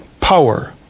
power